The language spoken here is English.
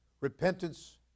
repentance